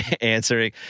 answering